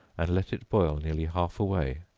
and let it boil nearly half away,